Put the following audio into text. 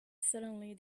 suddenly